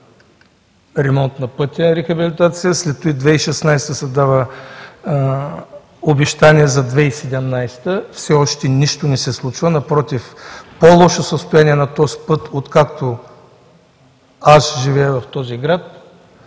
ремонт на пътя, за рехабилитация през 2016 г. , след това – 2016 г. се дава обещание за 2017 г. Все още нищо не се случва. Напротив, по-лошо състояние на този път, откакто аз живея в този град,